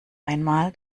einmal